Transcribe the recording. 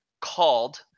called